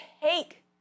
take